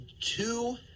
two